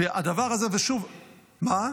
מאמין?